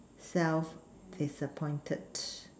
self disappointed